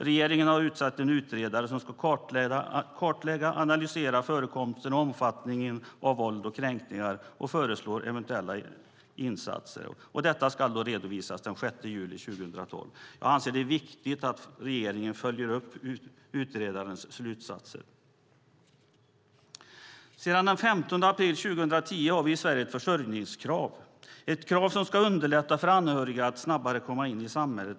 Regeringen har utsett en utredare som ska kartlägga och analysera förekomsten och omfattningen av våld och kränkningar och föreslå eventuella insatser. Detta ska redovisas den 6 juli 2012. Jag anser att det är viktigt att regeringen följer upp utredarens slutsatser. Sedan den 15 april 2010 har vi i Sverige ett försörjningskrav. Det är ett krav som ska underlätta för anhöriga att snabbare komma in i samhället.